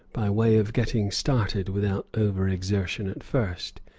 by way of getting started without over-exertion at first.